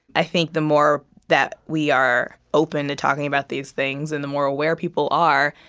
i think the more that we are open to talking about these things and the more aware people are,